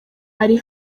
ari